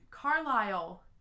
Carlisle